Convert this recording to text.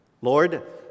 Lord